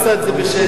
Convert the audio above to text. עשה את זה בשקט,